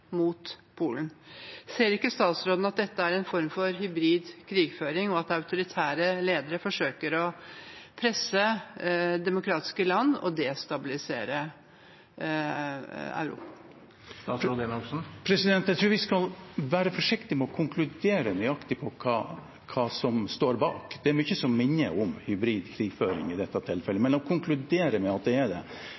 mot Polen. Ser ikke statsråden at dette er en form for hybrid krigføring, og at autoritære ledere forsøker å presse demokratiske land og destabilisere Europa? Jeg tror vi skal være forsiktige med å konkludere nøyaktig hva som står bak. Det er mye som minner om hybrid krigføring i dette tilfellet,